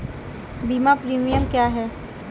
बीमा प्रीमियम क्या है?